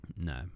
No